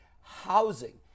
Housing